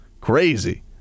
Crazy